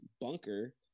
bunker